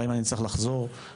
אני רוצה להמשיך, ואני אסביר את זה.